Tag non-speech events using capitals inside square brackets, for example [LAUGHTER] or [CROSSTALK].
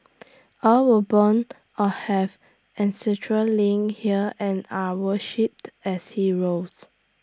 [NOISE] all were born or have ancestral links here and are worshipped as heroes